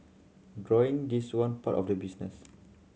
drawing is one part of the business